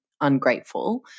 ungrateful